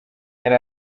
yari